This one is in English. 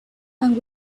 and